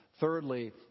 Thirdly